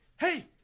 hey